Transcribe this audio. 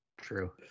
true